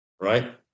Right